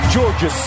Georgia